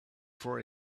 for